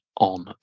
on